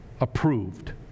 Approved